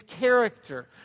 character